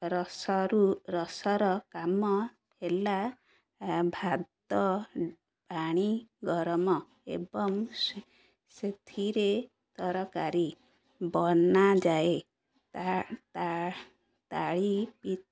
ରସରୁ ରସର କାମ ହେଲା ଭାତ ପାଣି ଗରମ ଏବଂ ସେଥିରେ ତରକାରୀ ବନାଯାଏ ତା ତା ତାଳି ପ